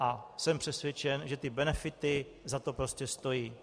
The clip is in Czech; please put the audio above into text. A jsem přesvědčen, že ty benefity za to prostě stojí.